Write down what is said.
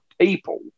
people